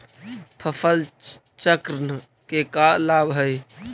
फसल चक्रण के का लाभ हई?